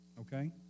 Okay